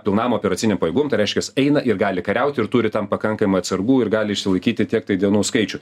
pilnam operaciniam pajėgumui tai reiškias eina ir gali kariaut ir turi tam pakankamai atsargų ir gali išsilaikyti tiektai dienų skaičių